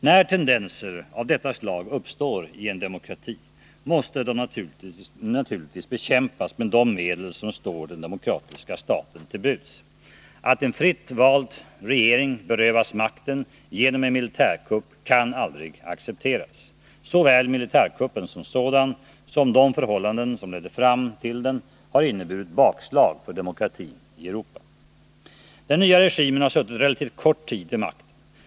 När tendenser av detta slag uppstår i en demokrati måste de naturligtvis bekämpas med de medel som står den demokratiska staten till buds. Att en fritt vald regering berövas makten genom en militärkupp kan aldrig accepteras. Såväl militärkuppen som sådan som de förhållanden som ledde fram till den har inneburit bakslag för demokratin i Europa. Den nya regimen har suttit relativt kort tid vid makten.